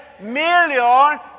million